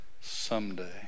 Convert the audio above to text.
someday